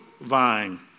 vine